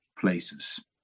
places